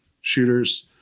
shooters